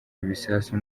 ibisasu